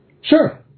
Sure